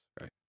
Right